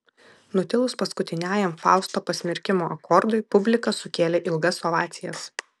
nutilus paskutiniajam fausto pasmerkimo akordui publika sukėlė ilgas ovacijas